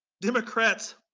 Democrats